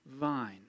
vine